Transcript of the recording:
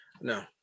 No